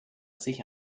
sich